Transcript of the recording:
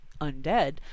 undead